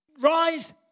rise